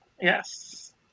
Yes